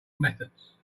methods